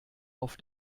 auf